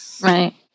right